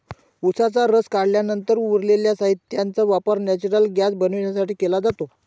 उसाचा रस काढल्यानंतर उरलेल्या साहित्याचा वापर नेचुरल गैस बनवण्यासाठी केला जातो